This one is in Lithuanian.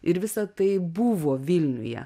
ir visa tai buvo vilniuje